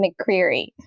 McCreary